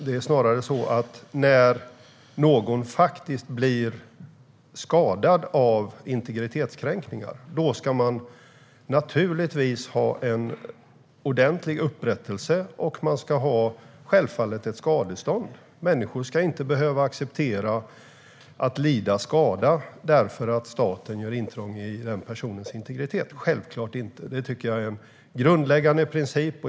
Det är snarare på det sättet att någon som blir skadad av integritetskränkningar ska få ordentlig upprättelse, och man ska självfallet få skadestånd. Människor ska inte behöva acceptera att lida skada därför att staten gör intrång i deras personliga integritet. Det tycker jag är en grundläggande princip.